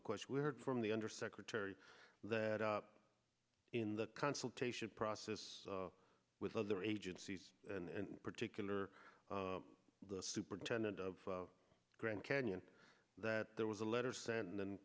a question we heard from the undersecretary that in the consultation process with other agencies and particular the superintendent of grand canyon that there was a letter sent and then